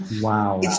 Wow